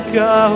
go